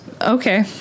okay